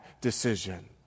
decision